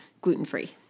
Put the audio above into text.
gluten-free